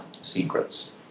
secrets